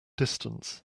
distance